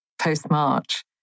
post-March